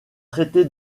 traité